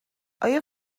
آیا